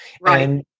Right